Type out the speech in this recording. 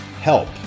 help